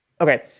Okay